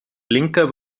blinker